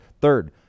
Third